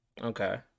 Okay